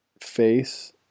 face